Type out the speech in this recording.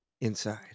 inside